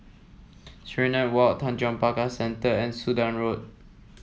Serenade Walk Tanjong Pagar Centre and Sudan Road